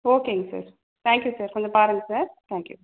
ஓகேங்க sir thank you sir கொஞ்சம் பாருங்கள் சார் தேங்க் யூ